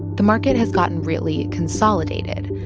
the market has gotten really consolidated,